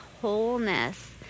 wholeness